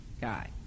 guy